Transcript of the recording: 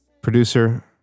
Producer